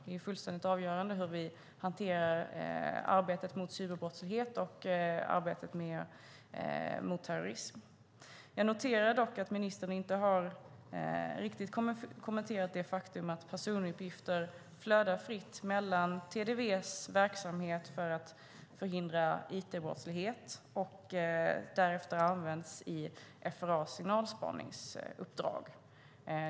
Det är fullständigt avgörande för hur vi hanterar arbetet mot cyberbrottslighet och terrorism. Jag noterar dock att ministern inte har kommenterat det faktum att personuppgifter flödar fritt i TDV-verksamheten för att förhindra it-brottslighet och används därefter i FRA:s signalspaningsuppdrag.